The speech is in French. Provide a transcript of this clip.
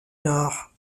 nord